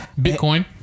Bitcoin